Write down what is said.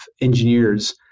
engineers